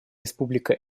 республика